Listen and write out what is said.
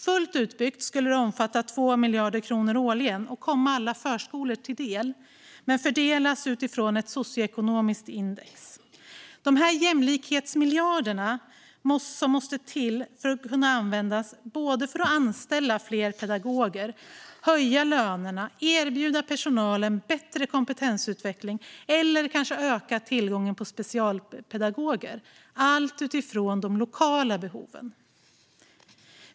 Fullt utbyggt skulle det omfatta 2 miljarder kronor årligen och komma alla förskolor till del men fördelas utifrån ett socioekonomiskt index. De jämlikhetsmiljarder som måste till ska kunna användas för att anställa fler pedagoger, höja lönerna, erbjuda personalen bättre kompetensutveckling eller kanske öka tillgången på specialpedagoger, allt utifrån de lokala behoven.